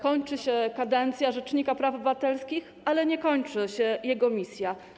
Kończy się kadencja rzecznika praw obywatelskich, ale nie kończy się jego misja.